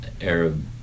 Arab